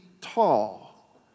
tall